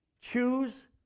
choose